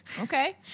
Okay